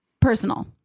Personal